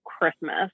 Christmas